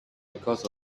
because